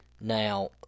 Now